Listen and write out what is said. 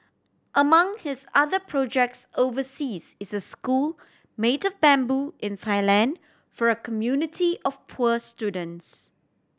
among his other projects overseas is a school made of bamboo in Thailand for a community of poor students